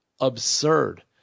absurd